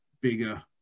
bigger